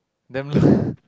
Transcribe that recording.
damn